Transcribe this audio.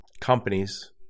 companies